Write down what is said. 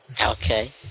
okay